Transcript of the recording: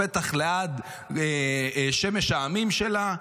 בטח ליד שמש העמים שלה,